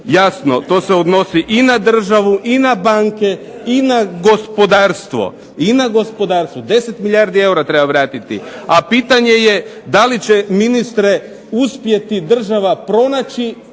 Jasno, to se odnosi i na državu i na banke i na gospodarstvo. 10 milijardi eura treba vratiti, a pitanje je da li će ministre uspjeti država pronaći